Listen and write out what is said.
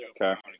Okay